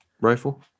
rifle